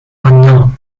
unknown